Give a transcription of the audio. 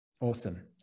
Awesome